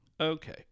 Okay